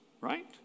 Right